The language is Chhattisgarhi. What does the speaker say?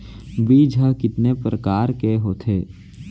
बीज ह कितने प्रकार के होथे?